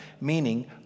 meaning